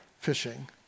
fishing